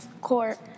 court